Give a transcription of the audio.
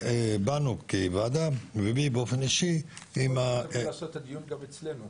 באנו כוועדה ואני באופן אישי --- אפשר לעשות את הדיון גם אצלנו.